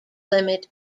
limit